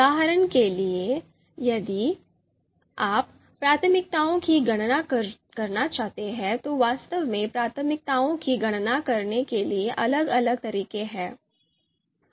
उदाहरण के लिए यदि आप प्राथमिकताओं की गणना करना चाहते हैं तो वास्तव में प्राथमिकताओं की गणना करने के लिए अलग अलग तरीके हैं